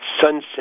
sunset